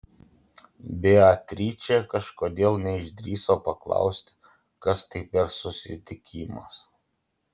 beatričė kažkodėl neišdrįso paklausti kas tai per susitikimas